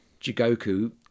Jigoku